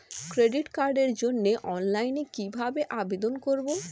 Credit কার্ডের জন্য অনলাইনে কিভাবে আবেদন করব?